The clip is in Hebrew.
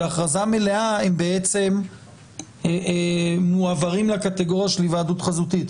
בהכרזה מלאה הם בעצם מועברים לקטגוריה של היוועדות חזותית.